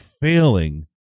failing